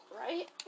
right